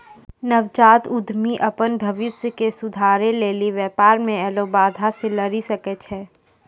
नवजात उद्यमि अपन भविष्य के सुधारै लेली व्यापार मे ऐलो बाधा से लरी सकै छै